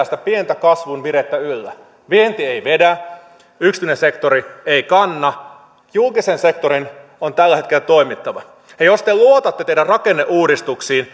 sitä pientä kasvun virettä yllä vienti ei vedä yksityinen sektori ei kanna julkisen sektorin on tällä hetkellä toimittava jos te luotatte teidän rakenneuudistuksiinne